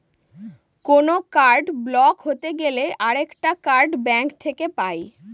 কোনো card block হতে গেলে আরেকটা কার্ড ব্যাঙ্ক থেকে পাই